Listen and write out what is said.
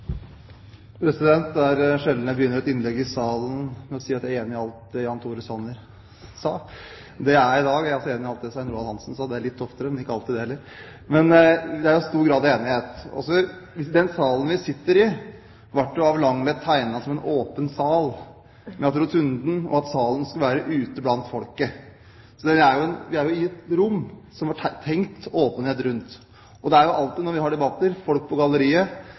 enig i alt det Jan Tore Sanner sa. Det er jeg i dag. Jeg er også enig i alt det Svein Roald Hansen sa – det er jeg litt oftere, men ikke alltid det heller. Det er stor grad av enighet. Den salen vi sitter i, ble av Langlet tegnet som en åpen sal med rotunden, slik at salen skulle være ute blant folket. Vi er i et rom som det var tenkt åpenhet rundt. Når vi har debatter, er det alltid folk på galleriet. Alle debatter